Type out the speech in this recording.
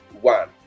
one